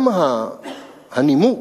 גם הנימוק,